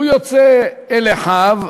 הוא יוצא אל אחיו,